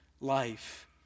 life